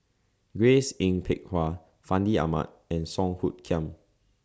Grace Yin Peck Ha Fandi Ahmad and Song Hoot Kiam